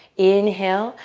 inhale,